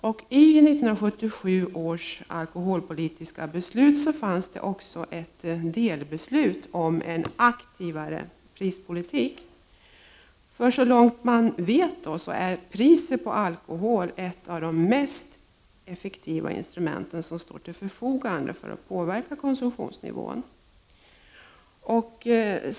1977 års alkoholpolitiska beslut innehöll också delbeslut om en aktivare prispolitik. Så långt man vet är priset på alkohol ett av de mest effektiva instrument som står till förfogande för att påverka konsumtionsnivån.